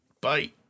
Bye